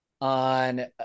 on